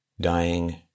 dying